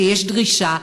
שיש דרישה,